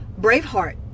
Braveheart